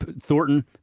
Thornton